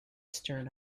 stern